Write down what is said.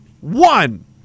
One